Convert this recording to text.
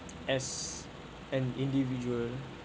as an individual